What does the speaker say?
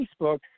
Facebook